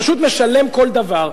פשוט משלם כל דבר.